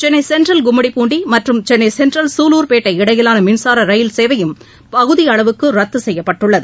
Chennai central Gummidipoondi மற்றும் Chennai central குலூர்பேட்டை இடையிலான மின்சார ரயில் சேவையும் பகுதி அளவுக்கு ரத்து செய்யப்பட்டுள்ளது